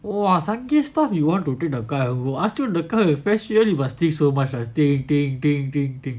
!wah! sungey stuff you want to take the guy over ah I ask you to come you must face so much must think think think